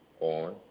on